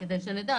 כדי שנדע.